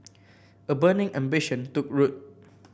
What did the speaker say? a burning ambition took root